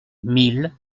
mille